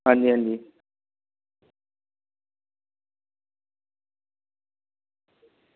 आं जी आं जी